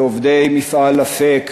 ועובדי המפעל באפק